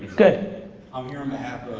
good. i'm here um